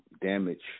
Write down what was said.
damage